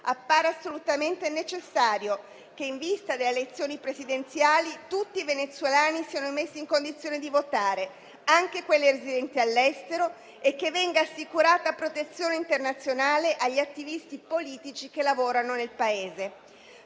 appare assolutamente necessario che in vista delle elezioni presidenziali, tutti i venezuelani siano messi in condizione di votare, anche quelli residenti all'estero, e che venga assicurata protezione internazionale agli attivisti politici che lavorano nel Paese.